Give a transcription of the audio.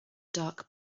dark